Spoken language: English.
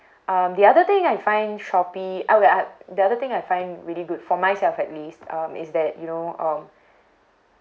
um the other thing I find shopee ah okay ah the other thing I find really good for myself at least um is that you know um